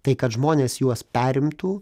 tai kad žmonės juos perimtų